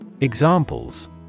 Examples